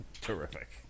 Terrific